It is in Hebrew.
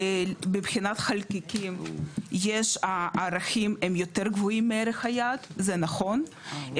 מבחינת חלקיקים הערכים הם יותר גבוהים מערך היעד זה נכון,